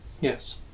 Yes